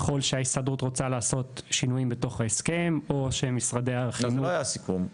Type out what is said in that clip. ככל שההסתדרות רוצה לעשות שינויים בתוך ההסכם --- אז מה היה הסיכום?